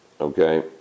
Okay